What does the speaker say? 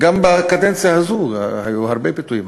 גם בקדנציה הזו היו הרבה פיתויים.